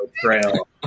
trail